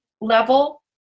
level